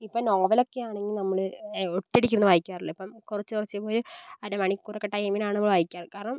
ഇപ്പോൾ നോവലൊക്കെ ആണെങ്കിൽ നമ്മൾ ഒറ്റടിക്ക് ഇരുന്ന് വായിക്കാറില്ല ഇപ്പം കുറച്ച് കുറച്ച് ഒരു അര മണിക്കൂറൊക്കെ ടൈമിനാണ് നമ്മൾ വായിക്കാറ് കാരണം